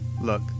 Look